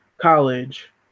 college